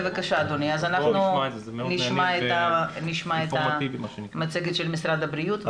אז אנחנו נשמע את המצגת של משרד הבריאות.